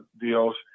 deals